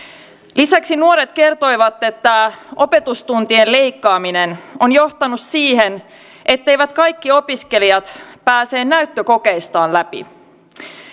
lisäksi nuoret kertoivat että opetustuntien leikkaaminen on johtanut siihen etteivät kaikki opiskelijat pääse näyttökokeistaan läpi